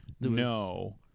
No